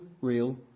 real